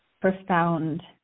profound